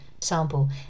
sample